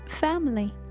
family